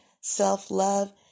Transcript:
self-love